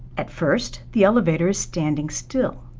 at first, the elevator is standing still,